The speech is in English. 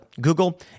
Google